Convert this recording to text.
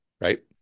right